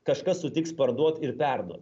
kažkas sutiks parduot ir perduot